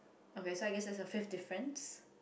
okay so I guess that's a fifth difference